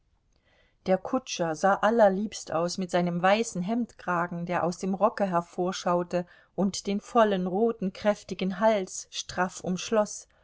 der kutscher sah allerliebst aus mit seinem weißen hemdkragen der aus dem rocke hervorschaute und den vollen roten kräftigen hals straff